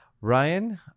Ryan